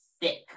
thick